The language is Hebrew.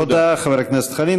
תודה, חבר הכנסת חנין.